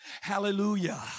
Hallelujah